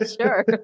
sure